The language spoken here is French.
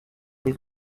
les